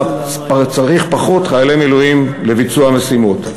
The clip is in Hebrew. צריך פחות חיילי מילואים לביצוע המשימות.